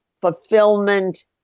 fulfillment